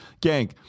gang